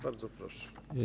Bardzo proszę.